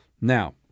Now